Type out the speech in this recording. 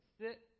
sit